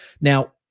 Now